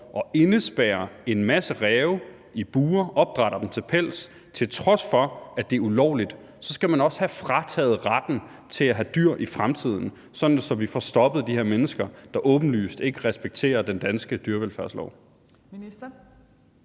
og indespærrer en masse ræve i bure og opdrætter dem til pels, til trods for at det er ulovligt, også skal have frataget retten til at have dyr i fremtiden, sådan at vi får stoppet de her mennesker, der åbenlyst ikke respekterer den danske dyrevelfærdslov.